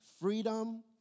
freedom